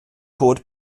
cod